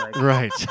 right